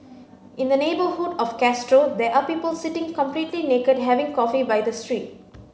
in the neighbourhood of Castro there are people sitting completely naked having coffee by the street